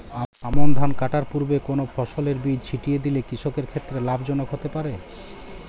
আমন ধান কাটার পূর্বে কোন ফসলের বীজ ছিটিয়ে দিলে কৃষকের ক্ষেত্রে লাভজনক হতে পারে?